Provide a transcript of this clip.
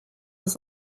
was